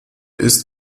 ist